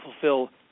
fulfill